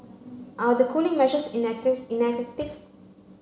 are the cooling measures ineffective